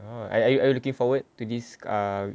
oh are are you looking forward to this uh